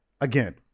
again